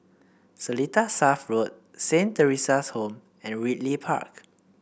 Seletar South Road Saint Theresa's Home and Ridley Park